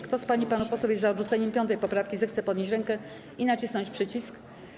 Kto z pań i panów posłów jest za odrzuceniem 5. poprawki, zechce podnieść rękę i nacisnąć przycisk.